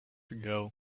ago